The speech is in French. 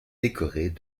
décorés